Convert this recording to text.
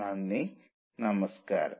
നന്ദി നമസ്കാരം